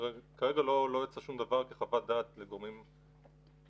כרגע לא יצא שום דבר כחוות דעת לגורמים אחרים,